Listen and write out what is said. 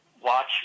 watch